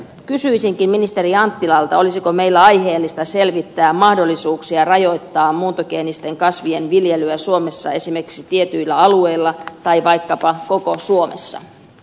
kysyisinkin ministeri anttilalta olisiko meillä aiheellista selvittää mahdollisuuksia rajoittaa muuntogeenisten kasvien viljelyä suomessa esimerkiksi tietyillä alueilla tai vaikkapa koko suomessa